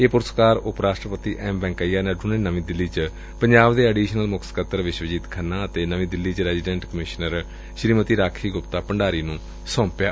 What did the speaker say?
ਇਹ ਪੁਰਸਕਾਰ ਉਪ ਰਾਸਟਰਪਤੀ ਐਮ ਵੈਕਈਆ ਨਾਇਡੂ ਨੇ ਨਵੀ ਦਿੱਲੀ ਚ ਪੰਜਾਬ ਦੇ ਅਡੀਸ਼ਨਲ ਮੁੱਖ ਸਕੱਤਰ ਵਿਸ਼ਵਜੀਤ ਖੰਨਾ ਅਤੇ ਨਵੀਂ ਦਿੱਲੀ ਚ ਰੈਜੀਡੈਟ ਕੁਮਿਸ਼ਨਰ ਸ੍ਰੀਮਤੀ ਰਾਖੀ ਗੁਪਤਾ ਭੰਡਾਰੀ ਨੂੰ ਸੋਂਪਿਆ